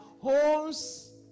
homes